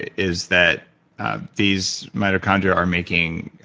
is that these mitochondria are making.